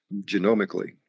genomically